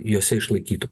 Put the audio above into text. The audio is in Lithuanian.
jose išlaikytų